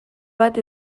bat